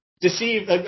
deceive